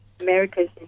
America's